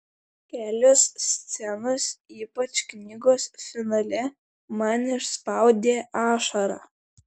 kelios scenos ypač knygos finale man išspaudė ašarą